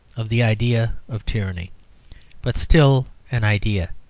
of the idea of tyranny but still an idea.